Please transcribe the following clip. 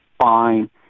fine